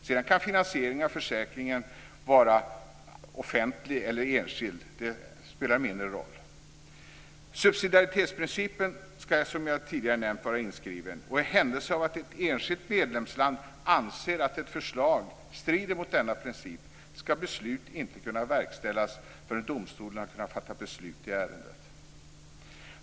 Sedan kan finansieringen av försäkringen vara offentlig eller enskild. Det spelar mindre roll. Subsidiaritetsprincipen ska, som jag tidigare har nämnt, vara inskriven, och i händelse av att ett enskilt medlemsland anser att ett förslag strider mot denna princip ska beslut inte kunna verkställas förrän domstolen har kunnat fatta beslut i ärendet.